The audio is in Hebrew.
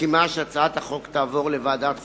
מסכימה שהצעת החוק תעבור לוועדת החוקה,